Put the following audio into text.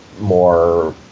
more